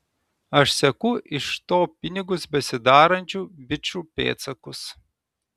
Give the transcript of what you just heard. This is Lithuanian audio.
aš seku iš to pinigus besidarančių bičų pėdsakus